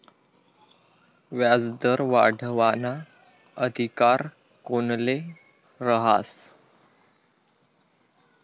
व्याजदर वाढावाना अधिकार कोनले रहास?